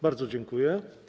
Bardzo dziękuję.